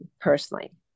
personally